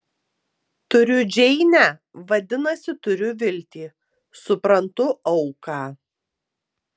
turiu džeinę vadinasi turiu viltį suprantu auką